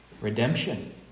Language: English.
redemption